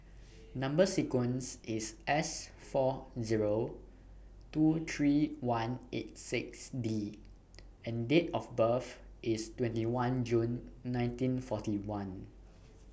Number sequence IS S four Zero two three one eight six D and Date of birth IS twenty one June nineteen forty one